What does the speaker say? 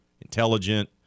intelligent